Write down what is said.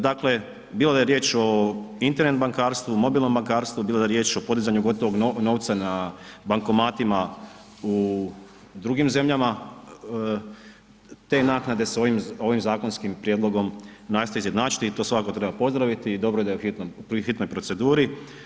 Dakle, bilo da je riječ o Internet bankarstvu, mobilnom bankarstvu, bilo da je riječ o podizanju gotovog novca na bankomatima u drugim zemljama, te naknade se ovim zakonskim prijedlogom nastoje izjednačiti i to svakako treba pozdraviti i dobro je da je u hitnoj proceduri.